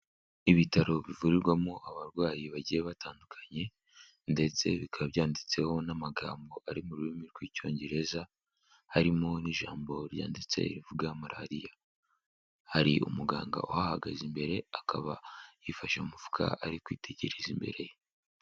Ibitaro bivurirwamo abarwayi bagiye batandukanye ndetse bikaba byanditseho n'amagambo ari mu rurimi rw'Icyongereza, harimo n'ijambo ryanditse rivuga Malariya, hari umuganga uhahagaze imbere akaba yifashe mu mufuka ari kwitegereza imbere.